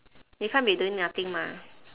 they can't be doing nothing mah